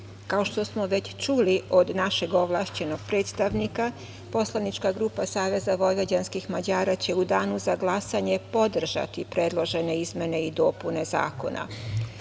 Kao što smo već čuli od našeg ovlašćenog predstavnika, poslanička grupa SVM će u danu za glasanje podržati predložene izmene i dopune